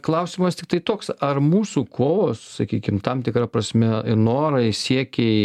klausimas tiktai toks ar mūsų kovos sakykim tam tikra prasme norai siekiai